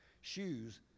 Shoes